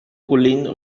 collines